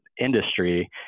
industry